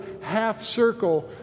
half-circle